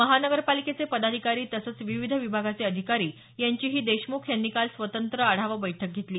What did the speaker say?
महानगरपालिकेचे पदाधिकारी तसंच विविध विभागाचे अधिकारी यांचीही देशमुख यांनी काल स्वतंत्र आढावा बैठक घेतली